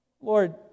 Lord